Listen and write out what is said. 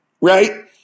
right